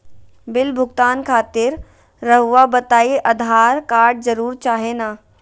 Bill भुगतान खातिर रहुआ बताइं आधार कार्ड जरूर चाहे ना?